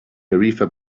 tarifa